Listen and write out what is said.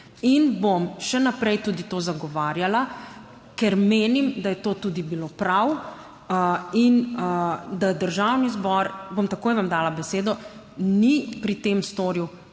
In bom še naprej to tudi zagovarjala, ker menim, da je tako tudi bilo prav in da Državni zbor - bom takoj vam dala besedo - ni pri tem storil